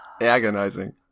agonizing